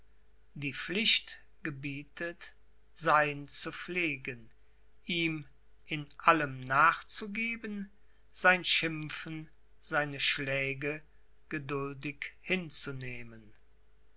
die pflicht gebietet sein zu pflegen ihm in allem nachzugeben sein schimpfen seine schläge geduldig hinzunehmen